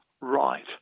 right